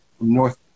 North